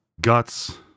Guts